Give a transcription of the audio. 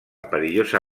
perillosa